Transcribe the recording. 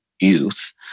youth